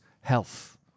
health